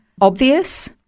obvious